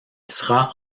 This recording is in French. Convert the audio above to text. sera